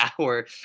hour